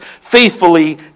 faithfully